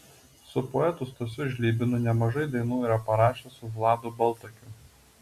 su poetu stasiu žlibinu nemažai dainų yra parašęs su vladu baltakiu